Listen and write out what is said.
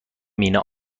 مینا